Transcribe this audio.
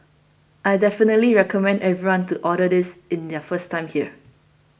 I definitely recommend everyone to order this in their first time here